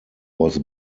was